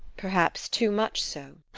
perhaps too much so.